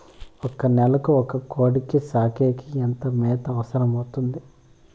ఒక నెలకు ఒక కోడిని సాకేకి ఎంత మేత అవసరమవుతుంది?